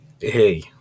Hey